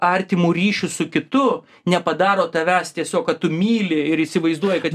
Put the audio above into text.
artimu ryšiu su kitu nepadaro tavęs tiesiog kad tu myli ir įsivaizduoji kad